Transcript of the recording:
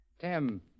Tim